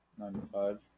95